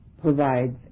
provides